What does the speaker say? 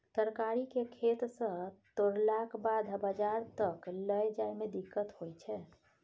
तरकारी केँ खेत सँ तोड़लाक बाद बजार तक लए जाए में दिक्कत होइ छै